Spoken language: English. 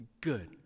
good